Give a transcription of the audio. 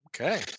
Okay